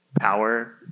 power